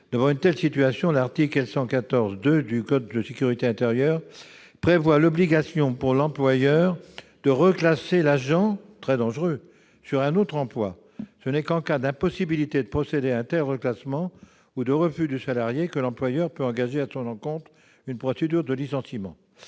Dans une telle situation, l'article L. 114-2 du code de la sécurité intérieure prévoit l'obligation pour l'employeur de reclasser l'agent- c'est très dangereux ! -dans un autre emploi. Ce n'est qu'en cas d'impossibilité de procéder à un tel reclassement ou de refus du salarié que l'employeur peut engager à son encontre une procédure de licenciement.